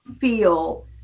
feel